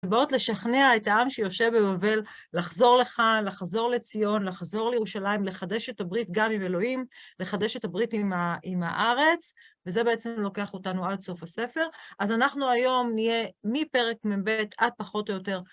ובאות לשכנע את העם שיושב בבבל לחזור לכאן, לחזור לציון, לחזור לירושלים, לחדש את הברית גם עם אלוהים, לחדש את הברית עם הארץ, וזה בעצם לוקח אותנו עד סוף הספר. אז אנחנו היום נהיה מפרק מ"ב עד פחות או יותר.